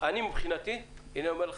אני, מבחינתי, אני אומר לך,